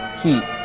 heat.